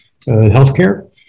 healthcare